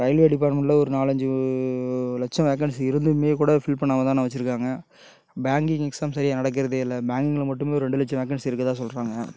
railway டிப்பார்ட்மெண்ட்டில ஒரு நாலஞ்சு லட்சம் வேக்கன்ஸி இருந்துமே கூட ஃபில் பண்ணாமல் தான் இன்னும் வச்சிருக்காங்க பேங்க்கிங் எக்ஸாம் சரியாக நடக்கிறதே இல்லை பேங்க்ல மட்டுமே ரெண்டு லட்சம் வேக்கன்ஸி இருக்கறதாக சொல்லுறாங்க